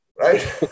Right